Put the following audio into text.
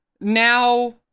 now